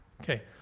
okay